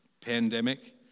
pandemic